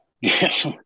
yes